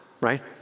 right